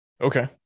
Okay